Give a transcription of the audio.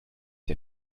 der